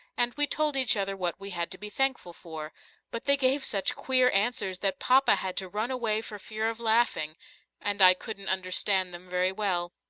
and we told each other what we had to be thankful for but they gave such queer answers that papa had to run away for fear of laughing and i couldn't understand them very well.